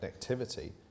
connectivity